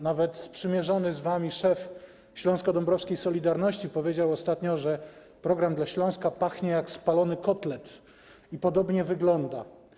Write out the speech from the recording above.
Nawet sprzymierzony z wami szef śląsko-dąbrowskiej „Solidarności” powiedział ostatnio, że „Program dla Śląska” pachnie jak spalony kotlet i podobnie wygląda.